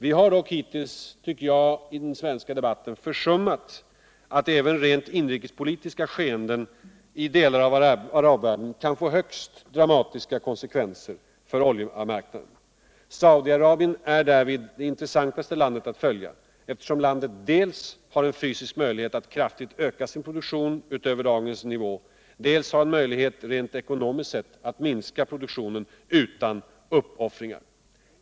Vi har dock hittills, tycker jag, I den svenska debatten försummat alt notera alt även rent inrikespolitiska skeenden i delar av arabvärlden kan få högst dramatiska konsekvenser för oljemarknaden. Saudi Arabien är därvid det intressantaste landet att följa, eftersom landet dels har en fysisk möjlighet att kraftigt öka sin produktion utöver dagens nivå, dels har en möjlighet rent ekonomiskt sett att minska produktionen utan uppolfringar.